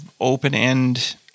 open-end